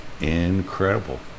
incredible